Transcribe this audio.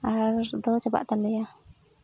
ᱟᱨ ᱫᱚ ᱪᱟᱵᱟᱜ ᱛᱟᱞᱮᱭᱟ